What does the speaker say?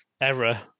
error